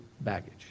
baggage